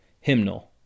hymnal